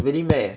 really meh